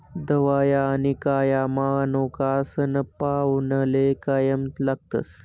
धवया आनी काया मनोका सनपावनले कायम लागतस